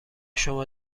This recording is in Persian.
شما